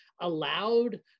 allowed